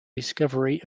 discovery